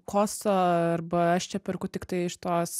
koso arba aš čia perku tik tai iš tos